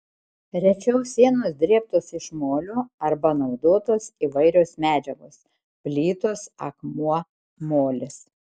rečiau sienos drėbtos iš molio arba naudotos įvairios medžiagos plytos akmuo molis